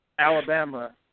Alabama